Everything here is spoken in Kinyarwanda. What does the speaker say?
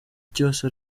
cyose